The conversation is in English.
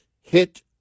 hit